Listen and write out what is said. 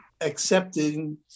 accepting